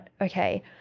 Okay